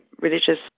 religious